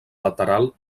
lateral